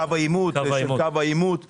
קו העימות שלנו.